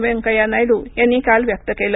वैंकय्या नायडू यांनी काल व्यक्त केलं